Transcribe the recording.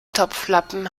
topflappen